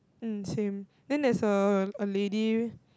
um same then there's a a lady